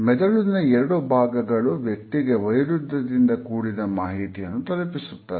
ಮೆದುಳಿನ ಎರಡು ಭಾಗಗಳು ವ್ಯಕ್ತಿಗೆ ವೈರುಧ್ಯದಿಂದ ಕೂಡಿದ ಮಾಹಿತಿಯನ್ನು ತಲುಪಿಸುತ್ತದೆ